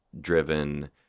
driven